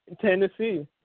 Tennessee